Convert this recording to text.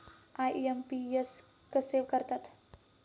IMPS कसे करतात?